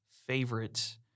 Favorite